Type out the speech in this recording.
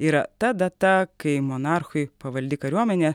yra ta data kai monarchui pavaldi kariuomenė